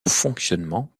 fonctionnement